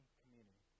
community